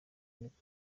niko